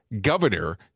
Governor